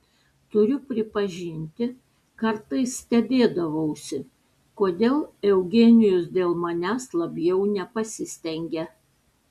turiu pripažinti kartais stebėdavausi kodėl eugenijus dėl manęs labiau nepasistengia